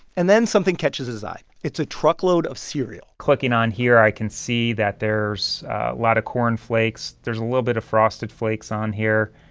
and then something catches his eye. it's a truckload of cereal clicking on here, i can see that there's a lot of corn flakes. there's a little bit of frosted flakes on here.